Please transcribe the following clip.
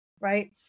right